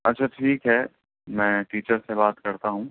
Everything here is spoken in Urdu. اچھا ٹھیک ہے میں ٹیچر سے بات کرتا ہوں